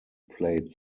plate